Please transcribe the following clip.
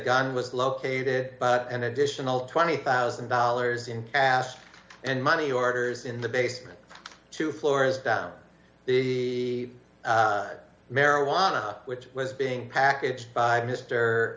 gun was located an additional twenty thousand dollars in cash and money orders in the basement two dollars floors down the marijuana which was being packaged by mr